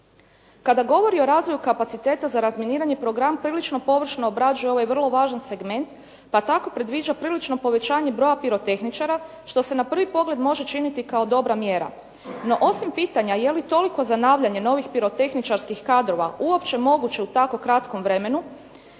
Kada govori o razvoju kapaciteta za razminiranje program prilično površno obrađuje ovaj vrlo važan segment, pa tako predviđa prilično povećanje broja pirotehničara, što se na prvi pogled može činiti kao dobra mjera. No, osim pitanja je li toliko zanavljanje novih pirotehničarskih kadrova uopće moguće u tako kratkom vremenu,